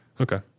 Okay